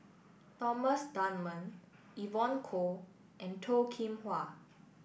Thomas Dunman Evon Kow and Toh Kim Hwa